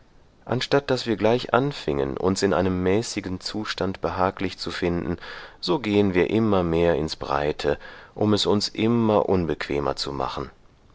anstatt daß wir gleich anfingen uns in einem mäßigen zustand behaglich zu finden so gehen wir immer mehr ins breite um es uns immer unbequemer zu machen